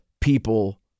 people